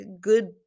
good